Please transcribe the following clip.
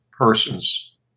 persons